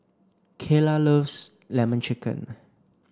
Kaela loves lemon chicken